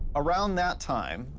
around that time,